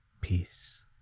peace